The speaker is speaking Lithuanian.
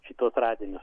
šituos radinius